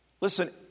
Listen